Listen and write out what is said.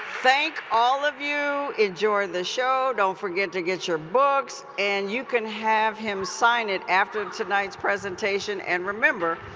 thank all of you. enjoy the show. don't forget to get your books, and you can have him sign it after tonight's presentation, and remember,